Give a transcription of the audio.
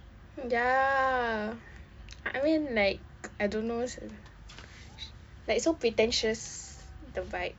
ya I mean like I don't know like so pretentious the vibe